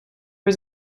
was